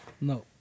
No